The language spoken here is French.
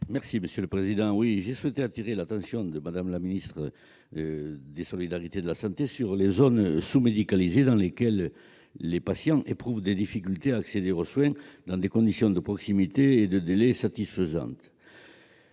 et de la santé. J'ai souhaité attirer l'attention de Mme la ministre des solidarités et de la santé sur les zones sous-médicalisées, dans lesquelles les patients éprouvent des difficultés à accéder aux soins dans des conditions de proximité et de délai satisfaisantes.